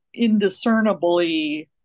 indiscernibly